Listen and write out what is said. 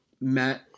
Matt